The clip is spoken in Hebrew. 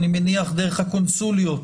אני מניח דרך הקונסוליות,